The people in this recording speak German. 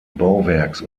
bauwerks